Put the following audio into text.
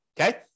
okay